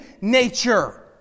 nature